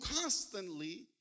constantly